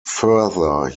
further